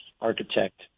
architect